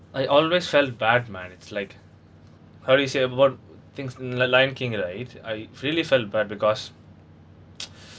I always felt bad man it's like how do you say about things li~ lion king right I really felt bad because